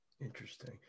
Interesting